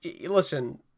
listen